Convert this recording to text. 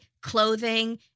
clothing